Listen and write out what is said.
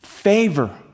Favor